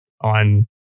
on